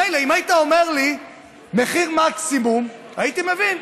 מילא, אם היית אומר לי מחיר מקסימום, הייתי מבין.